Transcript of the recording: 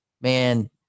Man